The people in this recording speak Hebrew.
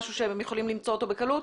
משהו שהם יכולים למצוא אותו בקלות?